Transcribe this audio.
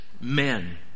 men